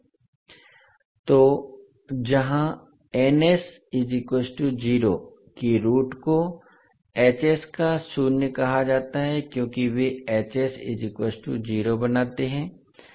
तो • जहाँ 0 की रुट को का शून्य कहा जाता है क्योंकि वे 0 बनाते हैं